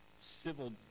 civil